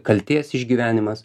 kaltės išgyvenimas